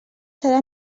serà